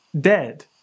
dead